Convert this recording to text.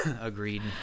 Agreed